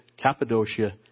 Cappadocia